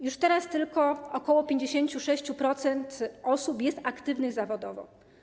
Już teraz tylko ok. 56% osób jest aktywnych zawodowo.